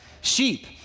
sheep